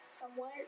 somewhat